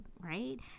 right